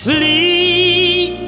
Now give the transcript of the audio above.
Sleep